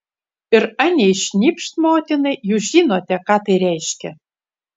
ir anei šnipšt motinai jūs žinote ką tai reiškia